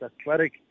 athletic